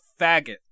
faggot